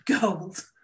gold